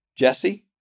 Jesse